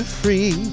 free